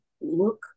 look